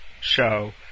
show